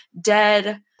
dead